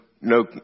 no